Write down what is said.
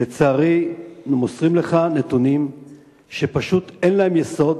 ולצערי מוסרים לך נתונים שפשוט אין להם יסוד